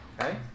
Okay